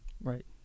Right